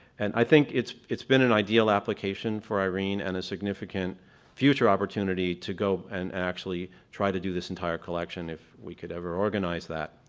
and i think it's it's been an ideal application for irene and a significant future opportunity to go and actually try to do this entire collection if we could ever organize that.